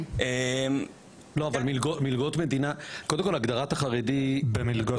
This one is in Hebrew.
לא אבל קודם כל הגדרת החרדי --- במלגות